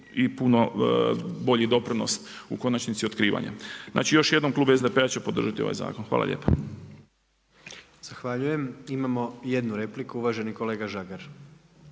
i puno bolji doprinos u konačnici otkrivanja. Znači još jednom klub SDP-a će podržati ovaj zakon. Hvala lijepa. **Jandroković, Gordan (HDZ)** Zahvaljujem. Imamo jednu repliku uvaženi kolega Žagar.